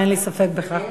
אין לי ספק בכלל.